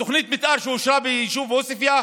תוכנית המתאר שאושרה ביישוב עוספיא,